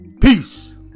peace